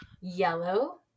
yellow